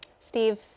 Steve